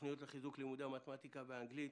תוכניות לחיזוק לימודי המתמטיקה והאנגלית,